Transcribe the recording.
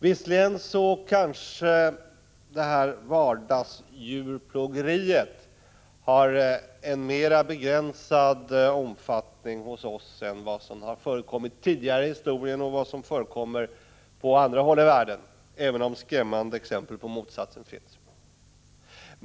Visserligen har kanske vardagsdjurplågeriet en mera begränsad omfattning hos oss än vad som förekommit tidigare i historien och vad som förekommer på andra håll i världen — även om det finns skrämmande exempel på motsatsen.